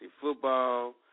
football